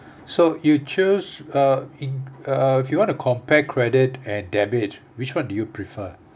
so you choose uh in uh if you want compare credit and debit which one do you prefer